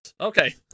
Okay